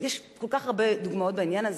יש כל כך הרבה דוגמאות בעניין הזה,